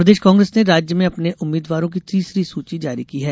सूची प्रदेश कांग्रेस ने राज्य में अपने उम्मीदवारों की तीसरी सुची जारी की है